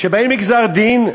כשבאים לגזר-דין,